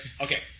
okay